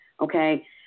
okay